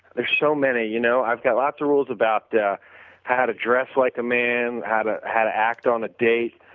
there's so many, you know. i've got lots of rules about but how to dress like a man, how to how to act on a date.